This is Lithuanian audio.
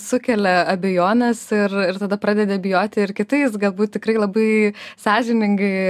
sukelia abejones ir ir tada pradedi abejoti ir kitais galbūt tikrai labai sąžiningai